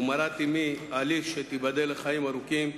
ואמי מרת אליס, שתיבדל לחיים ארוכים,